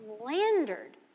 slandered